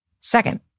Second